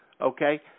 okay